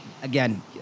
again